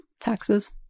Taxes